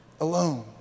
alone